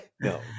No